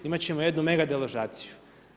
Imat ćemo jednu mega deložaciju.